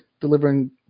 delivering